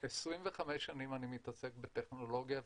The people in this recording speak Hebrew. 25 שנים אני מתעסקים בטכנולוגיה,